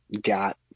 got